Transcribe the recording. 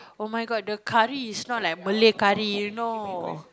oh-my-god the curry is not like Malay curry you know